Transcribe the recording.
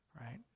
Right